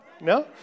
No